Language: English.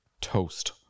toast